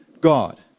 God